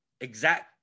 exact